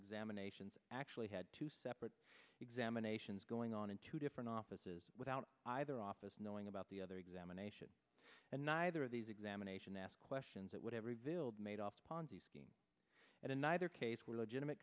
examinations actually had two separate examinations going on in two different offices without either office knowing about the other examination and neither of these examination asked questions that would have revealed made off ponzi schemes and in neither case were legitimate